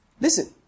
Listen